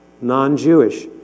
non-Jewish